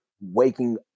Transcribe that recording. waking